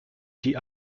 die